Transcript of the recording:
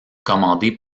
commandé